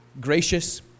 gracious